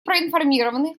проинформированы